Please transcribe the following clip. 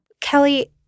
Kelly